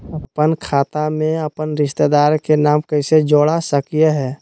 अपन खाता में अपन रिश्तेदार के नाम कैसे जोड़ा सकिए हई?